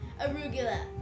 Arugula